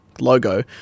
Logo